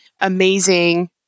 amazing